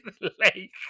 lake